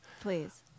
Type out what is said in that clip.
Please